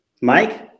Mike